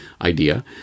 idea